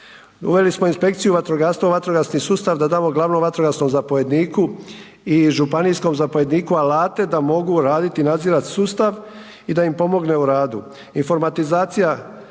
Uveli smo inspekciju vatrogastva u vatrogasni sustav da damo glavnom vatrogasnom zapovjedniku i županijskom zapovjedniku alate da mogu raditi i nadzirati sustav i da im pomogne u radu,